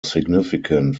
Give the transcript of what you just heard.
significant